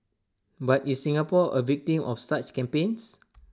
but is Singapore A victim of such campaigns